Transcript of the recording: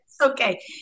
okay